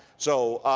so,